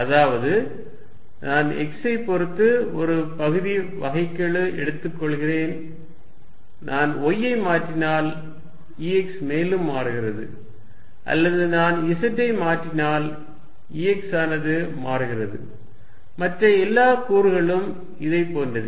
அதாவது நான் x ஐ பொருத்து ஒரு பகுதி வகைக்கெழு எடுத்துக்கொள்கிறேன் நான் y ஐ மாற்றினால் Ex மேலும் மாறுகிறது அல்லது நான் z ஐ மாற்றினால் Ex ஆனது மாறுகிறது மற்ற எல்லா கூறுகளும் இதைப் போன்றதே